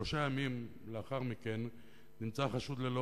שלושה ימים לאחר מכן נמצא החשוד ללא